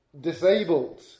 disabled